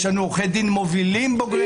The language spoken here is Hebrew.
יש לנו עורכי דין מובילים בוגרי מכללה.